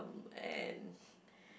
and